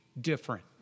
different